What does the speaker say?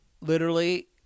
literally-